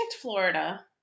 Florida